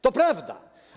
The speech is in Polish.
To prawda.